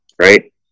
right